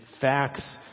facts